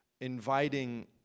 inviting